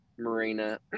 marina